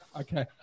Okay